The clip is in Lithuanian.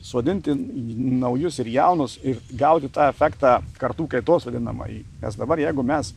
sodinti naujus ir jaunus ir gauti tą efektą kartų kaitos vadinamąjį nes dabar jeigu mes